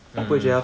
mm mm